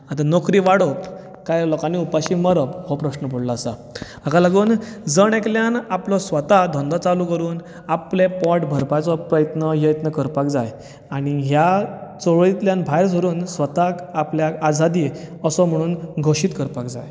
आतां नोकरी वाडप काय लोकांनी उपाशी मरप हो प्रस्न पडिल्लो आसा हाका लागून जण एकल्यान आपलो स्वता धंदो चालू करून आपलें पोट भरपाचो प्रयत्न यत्न करपाक जाय आनी ह्या चळवळींतल्यान भायर सरून स्वताक आपल्याक आजादी असो म्हणून घोशीत करपाक जाय